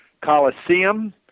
Coliseum